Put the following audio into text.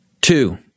Two